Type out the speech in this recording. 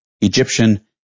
Egyptian